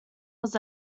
was